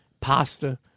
pasta